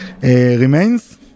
remains